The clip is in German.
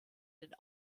den